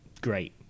Great